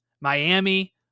Miami